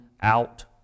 out